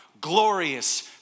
glorious